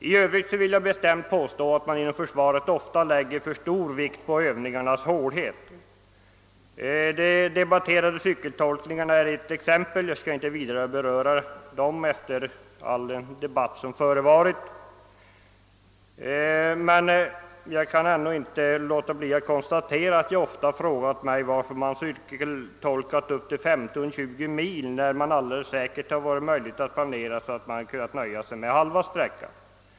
I övrigt vill jag bestämt påstå, att man inom försvaret ofta lägger för stor vikt vid övningarnas hårdhet. De omdebatterade cykeltolkningarna är ett exempel härpå. Jag skall inte vidare beröra den frågan efter all den debatt som förekommit. Men jag kan inte låta bli att nämna att jag ofta frågat mig varför man cykeltolkat upp till 15 å 20 mil, när det säkerligen hade varit möjligt att planera övningarna så att man hade kunnat nöja sig med halva sträckan.